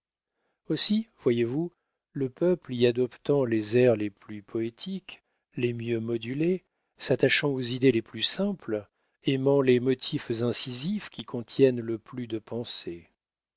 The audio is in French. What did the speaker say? aussi voyez-vous le peuple y adoptant les airs les plus poétiques les mieux modulés s'attachant aux idées les plus simples aimant les motifs incisifs qui contiennent le plus de pensées